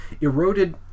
eroded